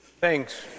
Thanks